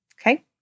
Okay